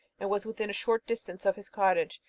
and was within a short distance of his cottage.